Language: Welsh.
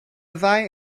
ddau